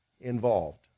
involved